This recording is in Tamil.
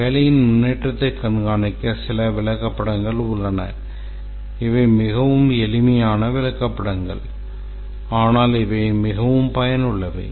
வேலையின் முன்னேற்றத்தைக் கண்காணிக்க சில விளக்கப்படங்கள் உள்ளன இவை மிகவும் எளிமையான விளக்கப்படங்கள் ஆனால் இவை மிகவும் பயனுள்ளவை